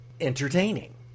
entertaining